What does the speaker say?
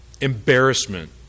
embarrassment